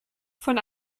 von